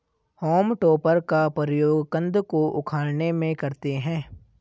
home टॉपर का प्रयोग कन्द को उखाड़ने में करते हैं